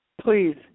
please